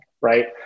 Right